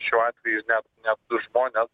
šiuo atveju net net du žmonės